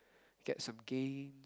get some game